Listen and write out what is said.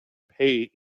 pay